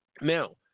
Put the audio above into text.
Now